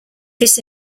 this